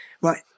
Right